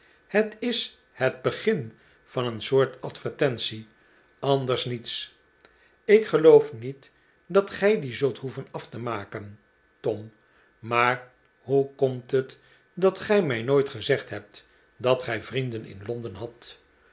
het is het begin van een soort advertentie anders niets ik geloof niet dat gij die zult hoeven af te maken tom maar hoe komt het dat gij mij nooit gezegd hebt dat gij vrienden in londen hadt